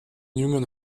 jüngern